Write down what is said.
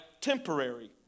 temporary